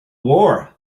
war